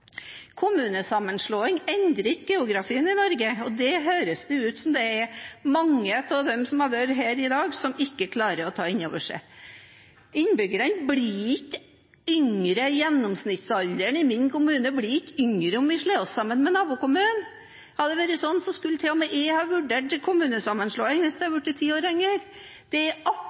endrer ikke geografien i Norge, men det høres det ut som om mange av dem som har vært her i dag, ikke klarer å ta inn over seg. Gjennomsnittsalderen i min hjemkommune blir ikke lavere om vi slår oss sammen med nabokommunen. Hadde jeg blitt ti år yngre av det, skulle til og med jeg ha vurdert å gå inn for kommunesammenslåing. Det er akkurat de samme utfordringene, det er